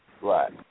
Right